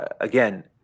Again